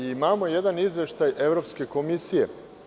Imamo jedan izveštaj Evropske komisije.